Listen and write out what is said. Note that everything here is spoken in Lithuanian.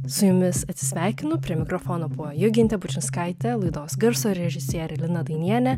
su jumis atsisveikinu prie mikrofono buvo jogintė bučinskaitė laidos garso režisierė lina dainienė